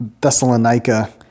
Thessalonica